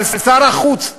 אבל שר החוץ,